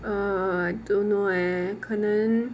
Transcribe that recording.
err don't know leh 可能